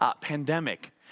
pandemic